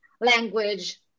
language